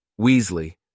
Weasley